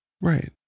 Right